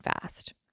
fast